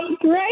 great